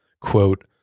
quote